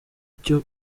icyo